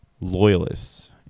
loyalists